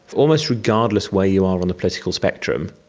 almost regardless where you are on the political spectrum,